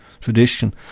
tradition